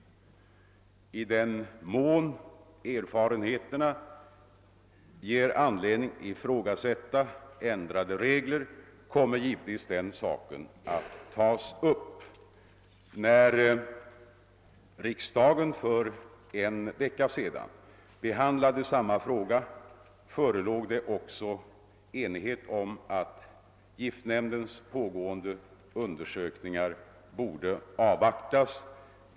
I den mån erfarenheterna ger anledning ifrågasätta ändrade regler kommer den saken givetvis att tas upp. När riksdagen för en vecka sedan behandlade samma fråga förelåg enighet om att giftnämndens pågående undersökningar borde avvaktas.